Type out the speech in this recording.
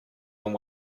than